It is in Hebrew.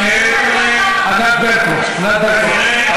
כנראה, אדוני, ענת ברקו, ענת ברקו.